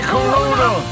Corona